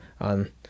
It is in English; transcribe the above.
on